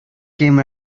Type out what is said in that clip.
came